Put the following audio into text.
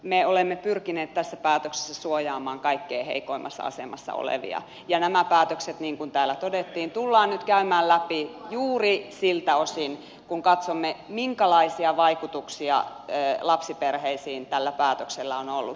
me olemme pyrkineet tässä päätöksessä suojaamaan kaikkein heikoimmassa asemassa olevia ja nämä päätökset niin kuin täällä todettiin tullaan nyt käymään läpi juuri siltä osin kun katsomme minkälaisia vaikutuksia lapsiperheisiin tällä päätöksellä on ollut